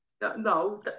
No